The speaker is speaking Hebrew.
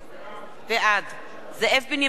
בעד זאב בנימין בגין,